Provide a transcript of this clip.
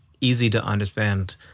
easy-to-understand